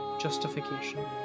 justification